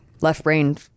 left-brain